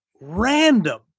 random